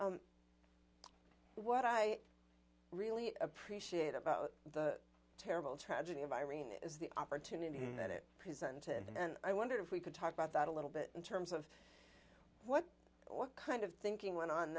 of what i really appreciate about the terrible tragedy of irene is the opportunity that it presented and i wonder if we could talk about that a little bit in terms of what kind of thinking went on